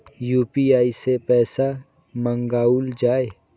UPI सै पैसा मंगाउल जाय?